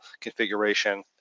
configuration